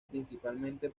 principalmente